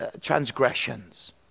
transgressions